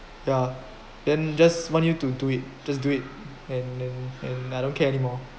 ya then just want you to do it just do it and and and I don't care anymore